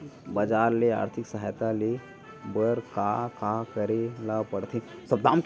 बजार ले आर्थिक सहायता ले बर का का करे ल पड़थे?